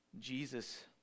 Jesus